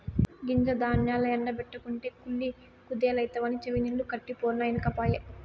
గింజ ధాన్యాల్ల ఎండ బెట్టకుంటే కుళ్ళి కుదేలైతవని చెవినిల్లు కట్టిపోరినా ఇనకపాయె